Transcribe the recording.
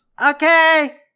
Okay